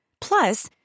Plus